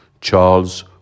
Charles